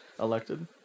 elected